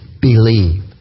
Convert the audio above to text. believe